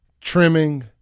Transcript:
trimming